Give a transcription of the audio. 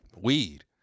weed